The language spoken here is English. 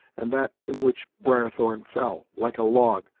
and that in which briarthorn fell, like a log,